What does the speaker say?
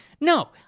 No